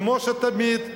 כמו תמיד,